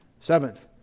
Seventh